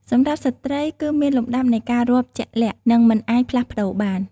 សម្រាប់ ស្ត្រី គឺមានលំដាប់នៃការរាប់ជាក់លាក់ និងមិនអាចផ្លាស់ប្ដូរបាន។